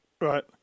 Right